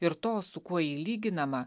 ir to su kuo ji lyginama